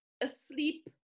asleep